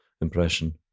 impression